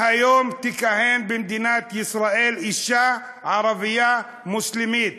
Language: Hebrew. מהיום תכהן במדינת ישראל אישה ערבייה מוסלמית